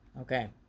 Okay